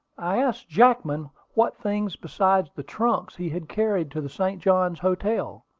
i asked jackman what things besides the trunks he had carried to the st. johns hotel.